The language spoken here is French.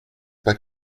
pas